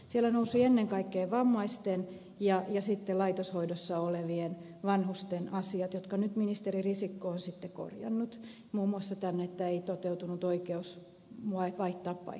siellä nousivat ennen kaikkea vammaisten ja laitoshoidossa olevien vanhusten asiat jotka nyt ministeri risikko on korjannut muun muassa tämän että on toteutunut oikeus vaihtaa paikkakuntaa